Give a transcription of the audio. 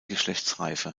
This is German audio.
geschlechtsreife